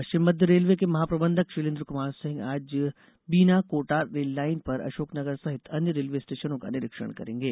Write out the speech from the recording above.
पश्चिम मध्य रेलवे के महाप्रबंधक शैलेन्द्र कुमार सिंह आज बीना कोटा रेललाइन पर अशोकनगर सहित अन्य रेलवे स्टेशनों का निरीक्षण करेंगे